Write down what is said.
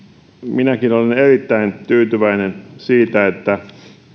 minäkin olen erittäin tyytyväinen siitä että